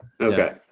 Okay